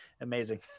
amazing